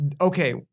Okay